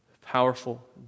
powerful